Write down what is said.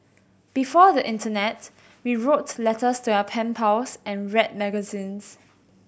before the internet we wrote letters to our pen pals and read magazines